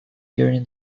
during